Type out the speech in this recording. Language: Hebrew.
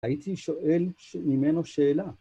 הייתי שואל ממנו שאלה